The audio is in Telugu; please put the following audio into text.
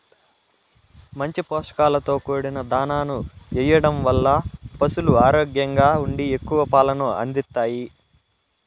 మంచి పోషకాలతో కూడిన దాణాను ఎయ్యడం వల్ల పసులు ఆరోగ్యంగా ఉండి ఎక్కువ పాలను అందిత్తాయి